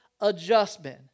adjustment